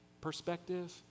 perspective